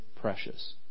precious